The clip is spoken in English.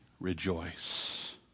rejoice